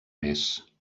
més